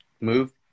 move